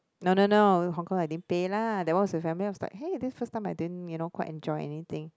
no no no hong-kong I didn't pay lah that was the family was like hey this the first time I didn't you know quite enjoy anything